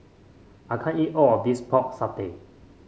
I can't eat all of this Pork Satay